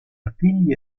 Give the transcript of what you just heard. artigli